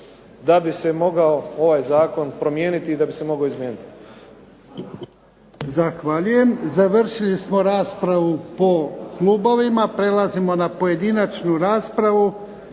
da bi se mogao ovaj zakon promijeniti i da bi se mogao izmijeniti. **Jarnjak, Ivan (HDZ)** Zahvaljujem. Završili smo raspravu po klubovima. Prelazimo na pojedinačnu raspravu.